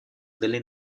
delle